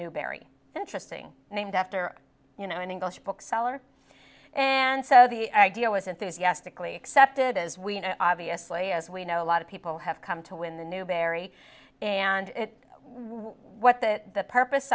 newbury interesting named after you know an english bookseller and so the idea was enthusiastically accepted as we know obviously as we know a lot of people have come to when the newbery and what that the purpose